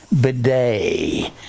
Bidet